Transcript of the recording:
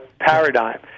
paradigm